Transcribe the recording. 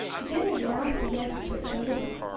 again his mouth began to twitch a little.